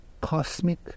cosmic